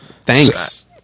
Thanks